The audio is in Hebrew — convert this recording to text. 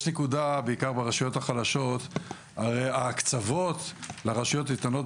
הנושא הזה משפיע על עתיד הילדים שלנו ועל הבריאות שלהם,